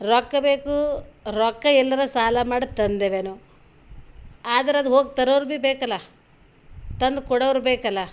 ರೊಕ್ಕ ಬೇಕು ರೊಕ್ಕ ಎಲ್ಲರ ಸಾಲ ಮಾಡಿ ತಂದೆವೆನೋ ಆದರದು ಹೋಗಿ ತರೋರು ಭೀ ಬೇಕಲ್ಲ ತಂದು ಕೊಡೋರು ಬೇಕಲ್ಲ